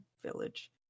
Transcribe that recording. village